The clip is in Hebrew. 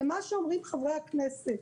למה שאומרים חברי הכנסת,